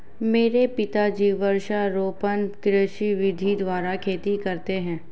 मेरे पिताजी वृक्षारोपण कृषि विधि द्वारा खेती करते हैं